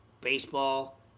baseball